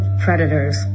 predators